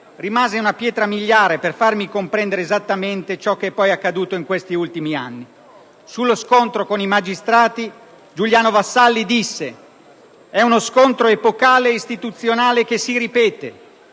rimase una pietra miliare per farmi comprendere esattamente ciò che poi è accaduto in questi ultimi anni. Sullo scontro con i magistrati Giuliano Vassalli disse: «È uno scontro epocale e istituzionale che si ripete.